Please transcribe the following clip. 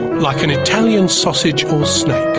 like an italian sausage or snake,